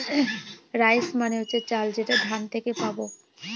rice মানে হচ্ছে চাল যেটা ধান থেকে পাবো